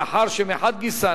מאחר שמחד גיסא,